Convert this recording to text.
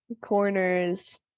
corners